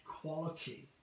quality